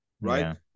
Right